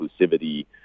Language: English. inclusivity